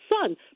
son